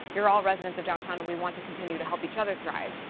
you're all residents of downtown and we want to continue to help each other thrive.